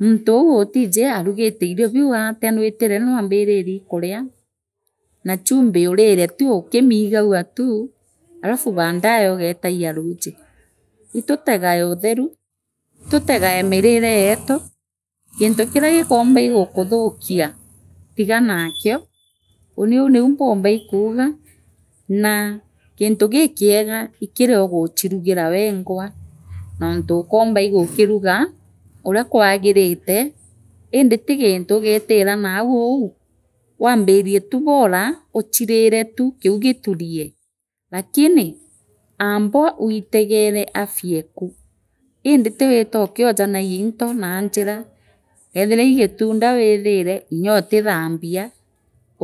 Muntu uu utiiji aanigite irio biu atia nwitire nwambirine iikuria naa chumbi urire tu ukimiigagua tu alafu baandaye ugeetagia ruuiji itutegaa utheru iitutegaa mirino yetu gintu kiria gikoomba ii gu kuthukia tiganaakia uuni uu niu mpamba iikuuga naa gintu gikiega ikiria uguchirugina wengwa noontu ukoomba ii gukiruga uria kwagirite indi ti gintu ugeetira nau uu waambirie tu bora uchiirire tu kiu giturie lakini aambo witegone afia eku indi tiweta likiojanagia into naanjira eethira ii gitunda withire nyootithambia